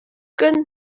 көн